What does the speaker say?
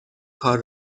کار